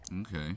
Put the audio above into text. okay